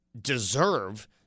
deserve